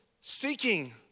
seeking